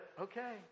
okay